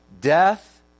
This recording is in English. death